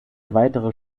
weitere